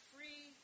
free